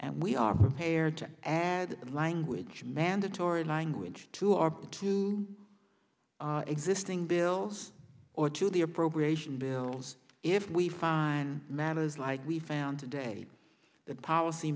and we are prepared to add language mandatory language to our two existing bills or to the appropriation bills if we find matters like we found today that policy